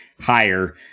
higher